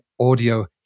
audio